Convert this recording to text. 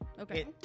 Okay